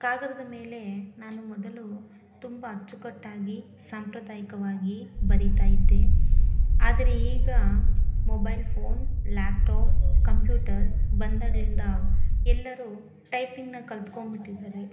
ಕಾಗದದ ಮೇಲೆ ನಾನು ಮೊದಲು ತುಂಬ ಅಚ್ಚುಕಟ್ಟಾಗಿ ಸಾಂಪ್ರದಾಯಿಕವಾಗಿ ಬರಿತಾ ಇದ್ದೆ ಆದರೆ ಈಗ ಮೊಬೈಲ್ ಫೋನ್ ಲ್ಯಾಪ್ಟಾಪ್ ಕಂಪ್ಯೂಟರ್ಸ್ ಬಂದಾಗಲಿಂದ ಎಲ್ಲರೂ ಟೈಪಿಂಗನ್ನ ಕಲಿತ್ಕೊಂಬಿಟ್ಟಿದ್ದಾರೆ